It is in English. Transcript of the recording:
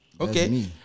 okay